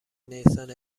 نیسان